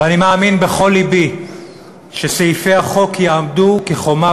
ואני מאמין בכל לבי שסעיפי החוק יעמדו כחומה